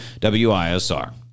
WISR